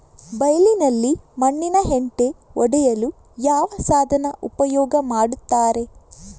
ಬೈಲಿನಲ್ಲಿ ಮಣ್ಣಿನ ಹೆಂಟೆ ಒಡೆಯಲು ಯಾವ ಸಾಧನ ಉಪಯೋಗ ಮಾಡುತ್ತಾರೆ?